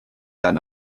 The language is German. dann